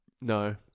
No